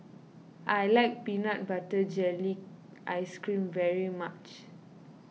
I like Peanut Butter Jelly Ice Cream very much